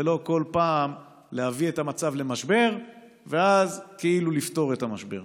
ולא כל פעם להביא את המצב למשבר ואז כאילו לפתור את המשבר.